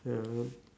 ya man